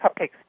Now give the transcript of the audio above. cupcakes